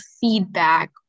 feedback